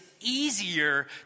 easier